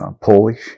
Polish